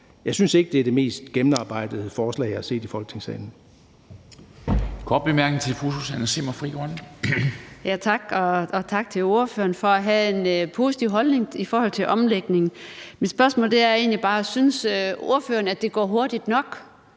Jeg synes ikke, at det er det mest gennemarbejdede forslag, jeg har set i Folketingssalen.